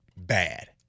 bad